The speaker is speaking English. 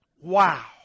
Wow